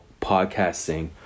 podcasting